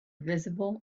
visible